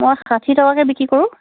মই ষাঠি টকাকে বিক্ৰী কৰোঁ